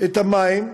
את המים,